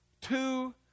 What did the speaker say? Two